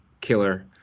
killer